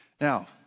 Now